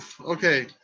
Okay